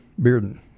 Bearden